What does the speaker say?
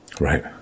right